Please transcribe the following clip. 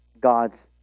God's